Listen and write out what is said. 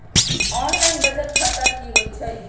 Online बचत खाता की होई छई?